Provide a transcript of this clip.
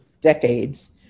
decades